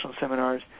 seminars